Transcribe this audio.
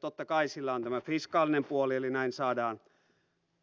totta kai sillä on tämä fiskaalinen puoli eli näin saadaan